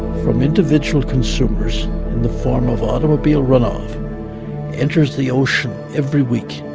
from individual consumers in the form of automobile run off enters the ocean every week,